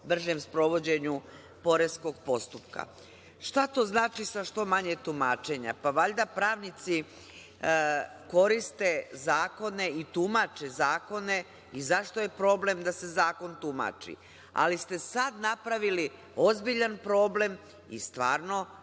bržem sprovođenju poreskog postupka. Šta to znači sa što manje tumačenja? Valjda pravnici koriste zakone i tumače zakone i zašto je problem da se zakon tumači? Sad ste napravili ozbiljan problem i stvarno,